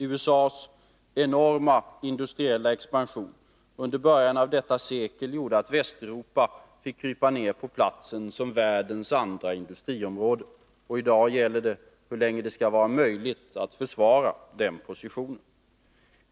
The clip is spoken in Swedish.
USA:s enorma industriella expansion under början av detta sekel gjorde att Västeuropa fick krypa ner på platsen som världens andra industriområde. I dag gäller det hur länge det skall vara möjligt att försvara den positionen.